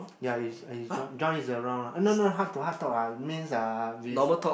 ya he's he's John John is around lah no no heart to heart talk ah means uh with